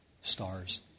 stars